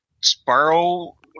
spiral